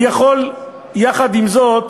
אני יכול יחד עם זאת